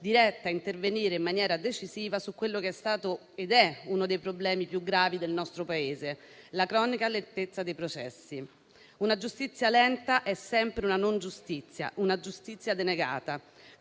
diretta a intervenire in maniera decisiva su quello che è stato ed è uno dei problemi più gravi del nostro Paese: la cronica lentezza dei processi. Una giustizia lenta è sempre una non giustizia, una giustizia denegata.